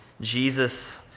Jesus